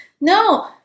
No